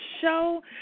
show